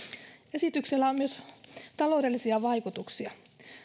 esityksellä on myös taloudellisia vaikutuksia